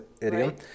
idiom